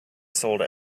sold